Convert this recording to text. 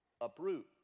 Uproot